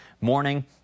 morning